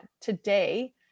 today